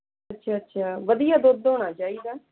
ਅੱਛਾ ਅੱਛਾ ਵਧੀਆ ਦੁੱਧ ਹੋਣਾ ਚਾਹੀਦਾ